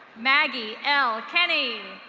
maggie l kenny.